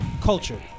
Culture